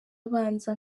abanza